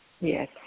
Yes